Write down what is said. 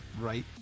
right